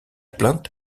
plainte